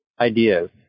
ideas